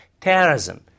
Terrorism